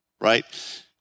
right